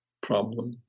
problem